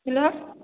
hello